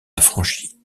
affranchi